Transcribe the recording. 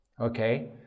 okay